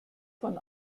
von